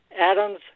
Adam's